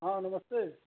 हाँ नमस्ते